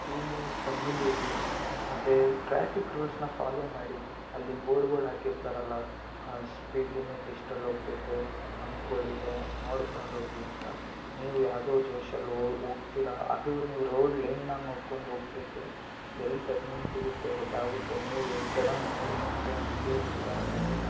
speed limit ಕಮ್ಮಿಲಿರ್ರಿ ಮತ್ತು traffic ರೂಲ್ಸ್ನ ಫಾಲೋ ಮಾಡಿ ಅಲ್ಲಿ ಬೋರ್ಡ್ಗಳ್ ಹಾಕಿರ್ತಾರಲ್ಲ ಆ ಸ್ಪೀಡ್ ಲಿಮಿಟ್ ಇಷ್ಟ್ರಲ್ಲಿ ಹೋಗ್ಬೇಕು ಹಂಪುಗಳ್ ಇದೆ ನೋಡ್ಕೊಂಡು ಹೋಗಿ ಅಂತ ನೀವು ಯಾವುದೋ ಜೋಶಲ್ಲಿ ಹೋಗ್ತಿರ ಅದು ನೀವು ರೋಡ್ ಲೈನ್ನ ನೋಡ್ಕೊಂಡು ಹೋಗ್ಬೇಕು ಎಲ್ಲಿ ಟರ್ನಿಂಗ್ ಸಿಗುತ್ತೆ ಗೊತ್ತಾಗುತ್ತೆ ನೀವು ಎ ತಡ ನೋಡಿಕೊಂಡೆ ಹಂಗೇ ಸ್ಪೀಡಾಗೋಗಿ